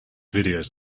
videos